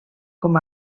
com